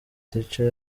thatcher